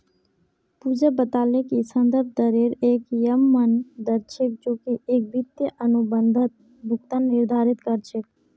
पूजा बताले कि संदर्भ दरेर एक यममन दर छेक जो की एक वित्तीय अनुबंधत भुगतान निर्धारित कर छेक